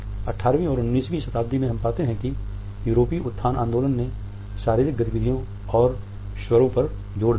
18 वीं और 19 वीं शताब्दी में हम पाते हैं कि यूरोपीय उत्थान आंदोलन ने शारीरिक गतिविधियों और स्वरों पर जोर दिया था